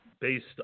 based